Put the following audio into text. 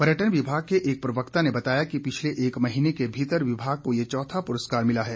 पर्यटन विभाग के एक प्रवक्ता ने बताया कि पिछले एक महीने के भीतर विभाग को ये चौथा पुरस्कार मिला है